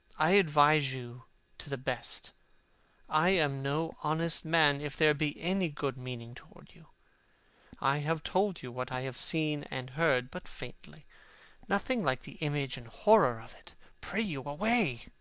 i advise you to the best i am no honest man if there be any good meaning toward you i have told you what i have seen and heard but faintly nothing like the image and horror of it pray you, away!